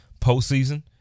postseason